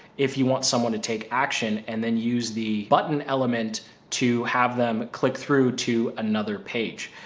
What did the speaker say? if you want someone to take action and then use the button element to have them click through to another page.